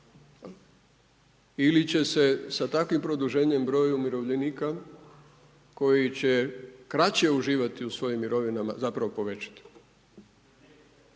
ili će se sa takvim produženjem broj umirovljenika koji će kraće uživati u svojim mirovinama zapravo povećati.